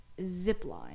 zipline